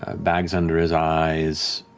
ah bags under his eyes.